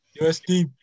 USD